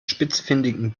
spitzfindigen